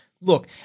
Look